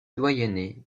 doyenné